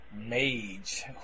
Mage